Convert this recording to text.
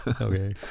Okay